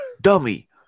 dummy